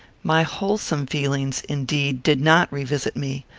my wholesome feelings, indeed, did not revisit me,